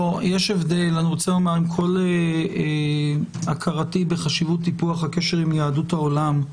עם כל הכרתי בחשיבות טיפוח הקשר עם יהדות העולם,